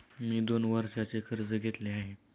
मी दोन वर्षांचे कर्ज घेतले आहे